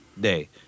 day